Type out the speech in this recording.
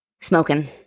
smoking